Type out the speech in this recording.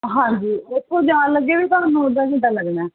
ਹਾਂਜੀ ਇੱਥੋਂ ਜਾਣ ਲੱਗੇ ਵੀ ਤੁਹਾਨੂੰ ਅੱਧਾ ਘੰਟਾ ਲੱਗਣਾ